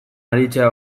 aritzea